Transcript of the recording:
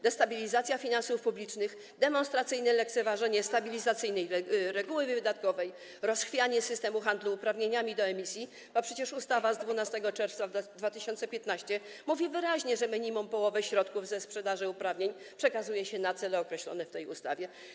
Destabilizacja finansów publicznych, demonstracyjne lekceważenie stabilizacyjnej reguły wydatkowej, rozchwianie systemu handlu uprawnieniami do emisji, bo przecież ustawa z 12 czerwca 2015 r. mówi wyraźnie, że minimum połowę środków ze sprzedaży uprawnień przekazuje się na cele określone w tej ustawie.